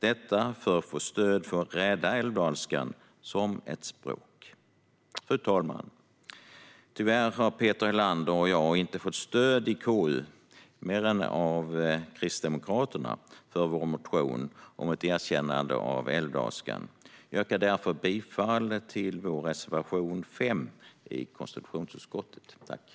Detta bör göras för att få stöd för att rädda älvdalskan som språk. Fru talman! Tyvärr har Peter Helander och jag inte fått stöd i KU, mer än av Kristdemokraterna, för vår motion om ett erkännande av älvdalskan. Jag yrkar därför bifall till reservation 5 i konstitutionsutskottets betänkande.